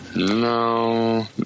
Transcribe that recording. No